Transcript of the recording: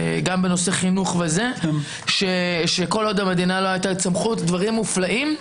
גם בנושאי חינוך שכל עוד המדינה לא הייתה צמחו דברים מופלאים,